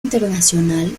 internacional